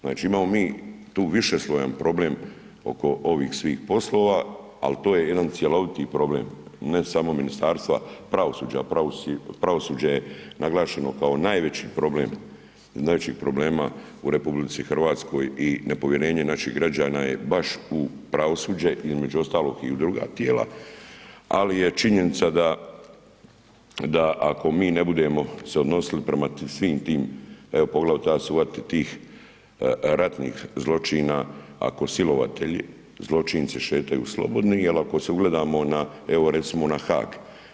Znači imamo mi tu višeslojan problem oko ovih svih poslova ali to je jedan cjeloviti problem, ne samo Ministarstva pravosuđa, a pravosuđe je naglašeno kao najveći problema od najvećih problema u RH i nepovjerenje naših građana je baš u pravosuđe, između ostalog i u druga tijela, ali je činjenica da ako se mi ne budemo odnosili prema svim tim, evo poglavito ja ću se uhvatiti tih ratnih zločina, ako silovatelji zločinci šetaju slobodni jel ako se ugledamo na evo recimo na Haag.